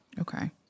Okay